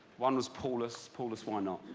one was paulus. paulus, why not?